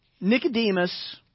Nicodemus